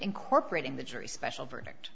incorporating the jury special verdict